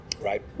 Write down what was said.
Right